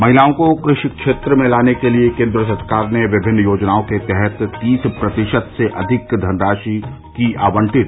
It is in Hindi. महिलाओं को कृषि क्षेत्र में लाने के लिए केन्द्र सरकार ने विभिन्न योजनाओं के तहत तीस प्रतिशत से अधिक धनराशि की आवंटित